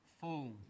full